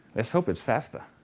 let's hope it's faster.